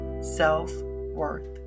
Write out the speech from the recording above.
self-worth